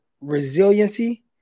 resiliency